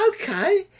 okay